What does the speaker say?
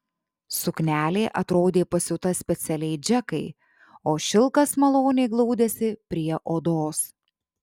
suknelė atrodė pasiūta specialiai džekai o šilkas maloniai glaudėsi prie odos